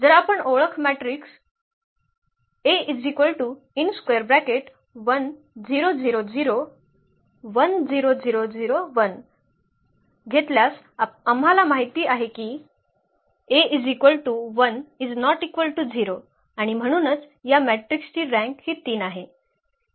जर आपण ओळख मॅट्रिक्स घेतल्यास आम्हाला माहित आहे की आणि म्हणूनच या मॅट्रिक्स ची रँक हि 3 आहे